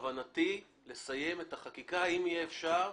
בכוונתי לסיים את החקיקה, אם יהיה אפשר,